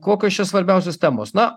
kokios čia svarbiausios temos na